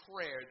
prayer